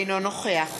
אינו נוכח